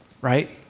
right